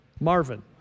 Marvin